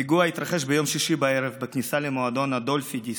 הפיגוע התרחש ביום שישי בערב בכניסה למועדון הדולפי-דיסקו.